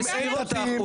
אין דתיים.